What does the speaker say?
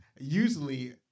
usually